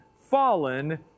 fallen